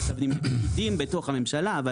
אלא לפקידים בממשלה אבל,